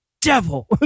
devil